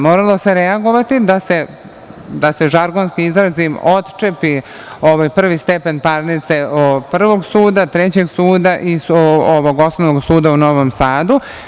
Moralo se reagovati da se žargonski izrazim, otčepi prvi stepen parnice prvog suda, trećeg suda i Osnovnog suda u Novom Sadu.